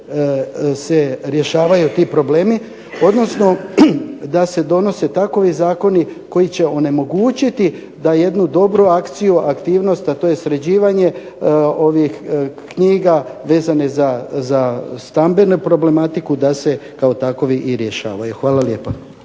se rješavaju ti problemi odnosno da se donose takvi zakoni koji će onemogućiti koji jednu dobru akciju, aktivnost a to je sređivanje ovih knjiga vezane za stambenu problematiku da se kao takovi rješavaju. Hvala lijepa.